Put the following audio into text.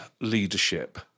leadership